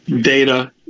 Data